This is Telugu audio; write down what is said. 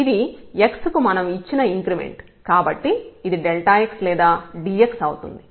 ఇది x కు మనం ఇచ్చిన ఇంక్రిమెంట్ కాబట్టి ఇది x లేదా dx అవుతుంది